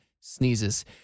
sneezes